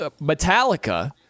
Metallica